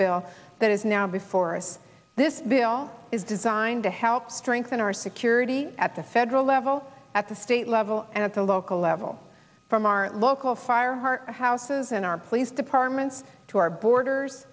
bill that is now before us this bill is designed to help strengthen our security at the federal level at the state level and at the local level from our local fire heart houses and our police departments to our borders